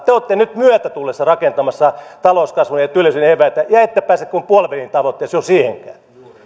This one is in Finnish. te te olette nyt myötätuulessa rakentamassa talouskasvun ja ja työllisyyden eväitä ja ette pääse kuin puolivälin tavoitteeseen jos siihenkään